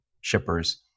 shippers